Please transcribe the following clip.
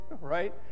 right